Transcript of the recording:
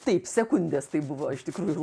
taip sekundės tai buvo iš tikrųjų